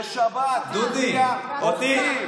בשבת היא הביאה עובדים.